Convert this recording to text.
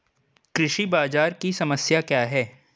कृषि बाजार की समस्या क्या है?